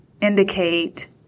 indicate